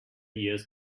years